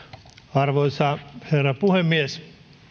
arvoisa herra puhemies